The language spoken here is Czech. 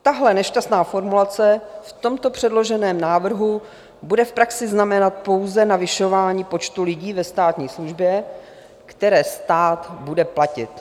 Tahle nešťastná formulace v tomto předloženém návrhu bude v praxi znamenat pouze navyšování počtu lidí ve státní službě, které stát bude platit.